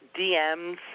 DMs